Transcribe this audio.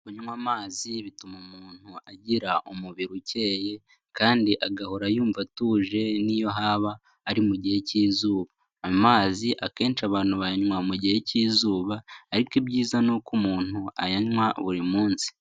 Kunywa amazi bituma umuntu agira umubiri ukeye kandi agahora yumva atuje ni yo haba ari mu gihe cy'izuba, amazi akenshi abantu bayanywa mu gihe cy'izuba ariko ibyiza ni uko umuntu ayanywa buri munsi.